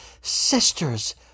sisters